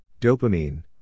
Dopamine